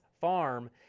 Farm